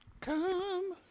Come